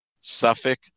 Suffolk